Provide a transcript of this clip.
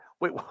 Wait